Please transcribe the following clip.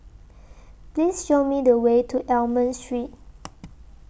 Please Show Me The Way to Almond Street